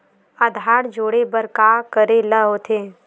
आधार जोड़े बर का करे ला होथे?